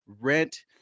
rent